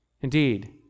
indeed